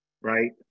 Right